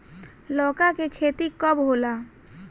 लौका के खेती कब होला?